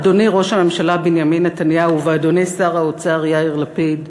אדוני ראש הממשלה בנימין נתניהו ואדוני שר האוצר יאיר לפיד,